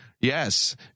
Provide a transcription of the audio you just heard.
Yes